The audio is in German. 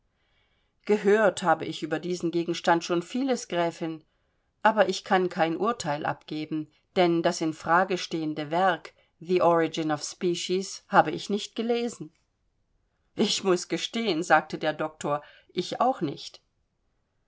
gehört habe ich über diesen gegenstand schon vieles gräfin aber ich kann kein urteil abgeben denn das in frage stehende werk the origin of species habe ich nicht gelesen ich muß gestehen sagte der doktor ich auch nicht